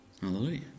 Hallelujah